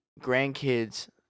grandkids